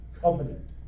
covenant